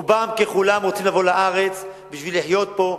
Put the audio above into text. רובם ככולם רוצים לבוא לארץ בשביל לחיות פה,